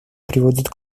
приводит